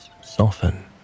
soften